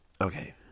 okay